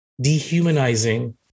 dehumanizing